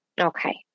Okay